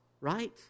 right